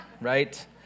Right